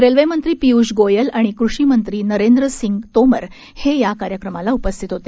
railway मंत्री पियुष गोयल आणि कृषि मंत्री नरेन्द्र सिंह तोमर हे ही या कार्यक्रमाला उपस्थित होते